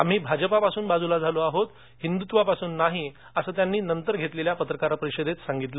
आम्ही भाजपापासून बाजूला झालो आहोत हिंदुत्वापासून नाही असं त्यांनी नंतर घेतलेल्या पत्रकार परिषदेत सांगितलं